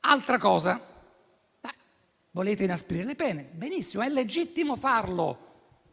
Altro punto: volete inasprire le pene? Benissimo, è legittimo farlo,